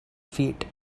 feet